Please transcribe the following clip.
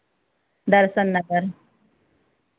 दर्शन नगर